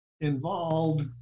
involved